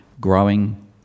growing